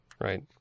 Right